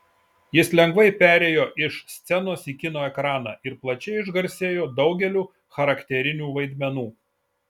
jis lengvai perėjo iš scenos į kino ekraną ir plačiai išgarsėjo daugeliu charakterinių vaidmenų